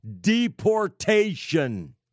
deportation